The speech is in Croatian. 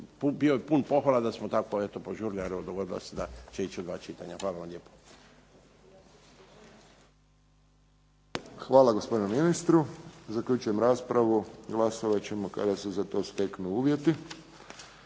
bio je pun pohvala da smo tako požurili ali dogodilo se da će ići u dva čitanja. Hvala vam lijepo. **Friščić, Josip (HSS)** Hvala gospodinu ministru. Zaključujem raspravu. Glasovat ćemo kada se za to steknu uvjeti.